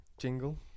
Jingle